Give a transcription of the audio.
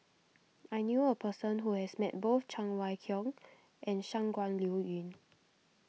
I knew a person who has met both Cheng Wai Keung and Shangguan Liuyun